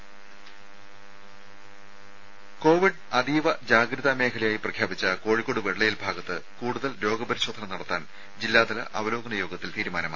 രുമ കോവിഡ് അതീവ ജാഗ്രതാ മേഖലയായി പ്രഖ്യാപിച്ച കോഴിക്കോട് വെള്ളയിൽ ഭാഗത്ത് കൂടുതൽ രോഗപരിശോധന നടത്താൻ ജില്ലാതല അവലോകന യോഗത്തിൽ തീരുമാനമായി